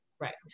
Right